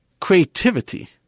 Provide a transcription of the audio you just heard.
creativity